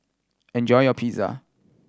enjoy your Pizza